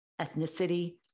ethnicity